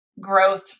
growth